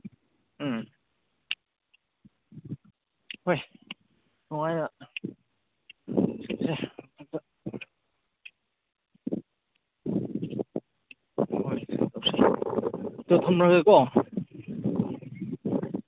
ꯎꯝ ꯍꯣꯏ ꯑꯗꯨ ꯊꯝꯂꯒꯦꯀꯣ